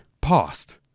past